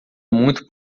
muito